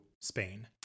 Spain